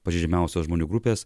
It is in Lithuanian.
pažeidžiausios žmonių grupės